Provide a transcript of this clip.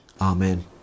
Amen